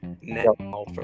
now